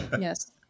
Yes